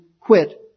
quit